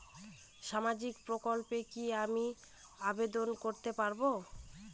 সামাজিক প্রকল্পে কি আমি আবেদন করতে পারবো?